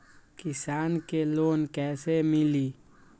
किसान के लोन कैसे मिली?